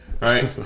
right